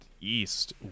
East